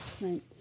Right